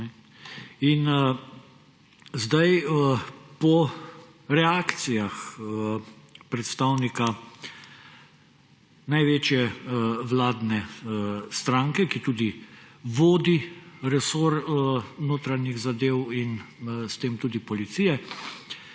In po reakcijah predstavnika največje vladne stranke, ki tudi vodi resor notranjih zadev in s tem tudi policije,